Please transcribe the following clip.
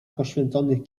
poświęconych